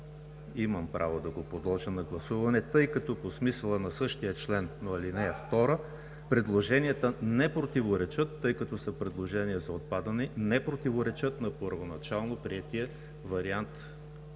имам право да го подложа на гласуване, тъй като по смисъла на същия член на ал. 2 предложенията не противоречат, тъй като са предложения за отпадане на първоначално приетия вариант на